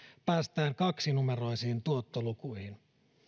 päästään kaksinumeroisiin tuottolukuihin